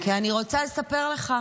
כי אני רוצה לספר לך,